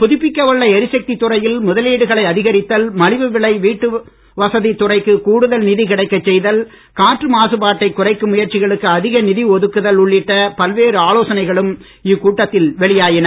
புதுப்பிக்கவல்ல எரிசக்தி துறையில் முதலீடுகளை அதிகரித்தல் மலிவு விலை வீட்டுவசதித் துறைக்கு கூடுதல் நிதி கிடைக்கச் செய்தல் காற்று மாசுபாட்டைக் குறைக்கும் முயற்சிகளுக்கு அதிக நிதி ஒதுக்குதல் உள்ளிட்ட பல்வேறு ஆலோசனைகளும் இக்கூட்டத்தில் வெளியாகின